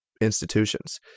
institutions